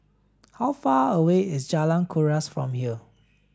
how far away is Jalan Kuras from here